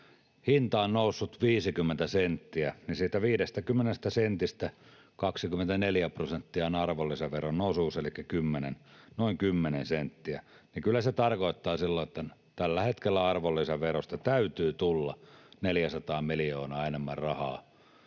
hinta on noussut 50 senttiä ja siitä 50 sentistä 24 prosenttia on arvonlisäveron osuus, elikkä noin 10 senttiä, niin kyllä se tarkoittaa silloin, että tällä hetkellä arvonlisäverosta täytyy tulla 400 miljoonaa enemmän rahaa